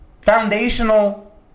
foundational